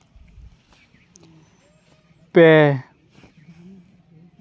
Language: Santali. ᱯᱮ